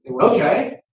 Okay